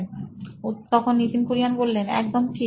Nitin Kurian C O O নোইন electronics একদম সঠিক